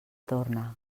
torna